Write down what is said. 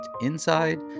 inside